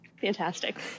Fantastic